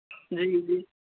جی جی